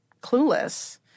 clueless